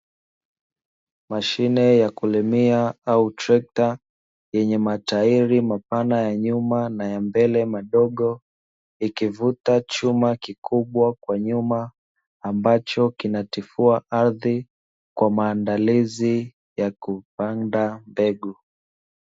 Mashine ya kulimia au trekta yenye matairi mapana ya nyuma na yambele madogo, ikivuta chuma kikubwa kwa nyuma ambacho kinatifua ardhi kwa maandalizi ya kupanda mbegu.